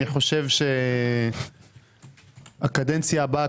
אני חושב שהקדנציה הבאה,